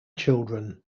children